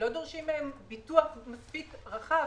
לא דורשים מהם ביטוח מספיק רחב